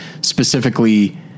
specifically